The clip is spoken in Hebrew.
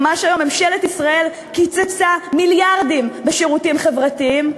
ממש היום ממשלת ישראל קיצצה מיליארדים בשירותים חברתיים.